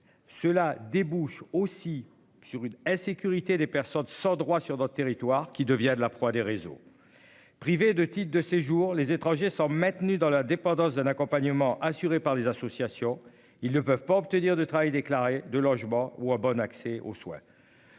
Cela débouche aussi sur une insécurité des personnes sans droit sur notre territoire qui devient de la proie des réseaux. Privés de titre de séjour. Les étrangers sont maintenus dans la dépendance d'un accompagnement assuré par des associations, ils ne peuvent pas obtenir de travail déclarées de logement ou, ah bon. Accès aux soins.